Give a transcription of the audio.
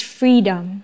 freedom